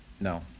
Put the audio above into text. No